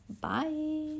Bye